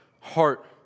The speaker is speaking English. heart